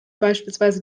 beispielsweise